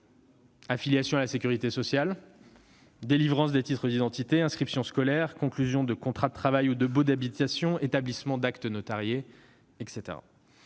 affiliation à la sécurité sociale, délivrance des titres d'identité, inscriptions scolaires, conclusion de contrats de travail ou de baux d'habitation, établissement d'actes notariés, etc.